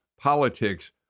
politics